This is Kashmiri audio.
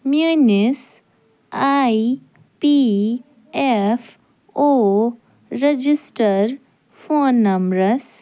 میٛٲنِس E P F O register phone نمبرَس